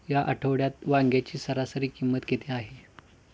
या आठवड्यात वांग्याची सरासरी किंमत किती आहे?